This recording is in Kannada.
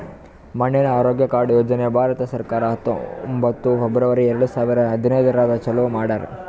ಮಣ್ಣಿನ ಆರೋಗ್ಯ ಕಾರ್ಡ್ ಯೋಜನೆ ಭಾರತ ಸರ್ಕಾರ ಹತ್ತೊಂಬತ್ತು ಫೆಬ್ರವರಿ ಎರಡು ಸಾವಿರ ಹದಿನೈದರಾಗ್ ಚಾಲೂ ಮಾಡ್ಯಾರ್